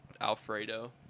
Alfredo